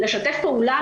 לשתף פעולה,